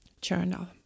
Journal